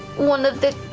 one of the